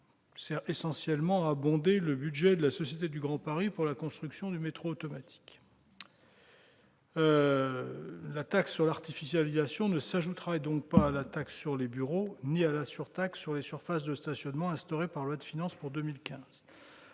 sert essentiellement à abonder le budget de la Société du Grand Paris pour la construction du métro automatique. La taxe sur l'artificialisation ne s'ajouterait donc pas à la taxe sur les bureaux ni à la surtaxe sur les surfaces de stationnement instaurée par la loi de finances pour 2015.